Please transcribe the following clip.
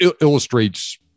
illustrates